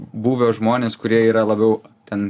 buvę žmonės kurie yra labiau ten